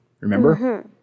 remember